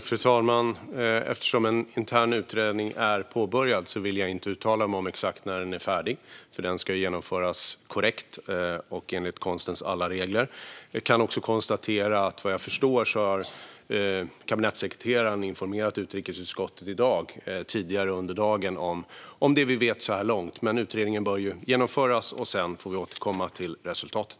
Fru talman! En intern utredning är påbörjad. Jag vill inte uttala mig om exakt när den är färdig, för den ska genomföras korrekt och enligt konstens alla regler. Vad jag förstår har kabinettssekreteraren informerat utrikesutskottet tidigare i dag om det vi vet så här långt. Men utredningen bör genomföras, och sedan får vi återkomma till resultatet.